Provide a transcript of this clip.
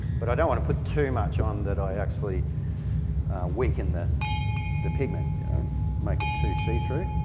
but i don't want to put too much on that i actually weaken the the pigment and make it too see through.